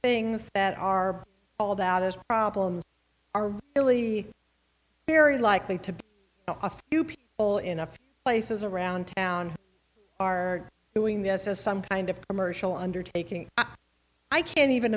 things that are all that has problems are really very likely to be all enough places around town are doing this as some kind of commercial undertaking i can't even